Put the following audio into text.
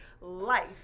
life